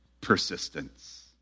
persistence